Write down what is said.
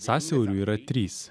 sąsiauriu yra trys